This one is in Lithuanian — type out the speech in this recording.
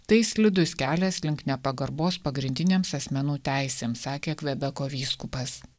tai slidus kelias link nepagarbos pagrindinėms asmenų teisėms sakė kvebeko vyskupas